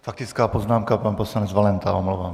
Faktická poznámka pan poslanec Valenta, omlouvám se.